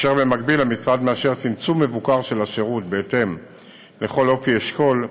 ובמקביל המשרד מאשר צמצום מבוקר של השירות בהתאם לכל אופי אשכול,